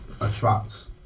attract